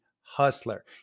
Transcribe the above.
hustler